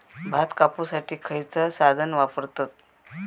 भात कापुसाठी खैयचो साधन वापरतत?